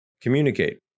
Communicate